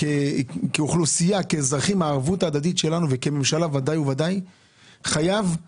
חייבים